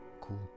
cool